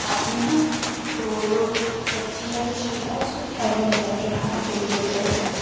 आती हैं तो लोग सब्ज़ी का जो छिलका है उसको थैली में करके बाहर फेंक देते हैं